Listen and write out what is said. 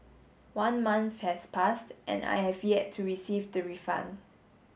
one month has passed and I have yet to receive the refund